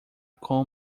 com